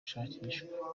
ushakishwa